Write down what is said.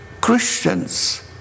Christians